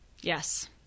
Yes